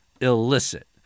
illicit